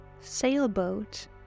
Sailboat